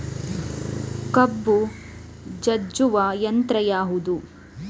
ಕಬ್ಬು ಜಜ್ಜುವ ಯಂತ್ರ ಯಾವುದು?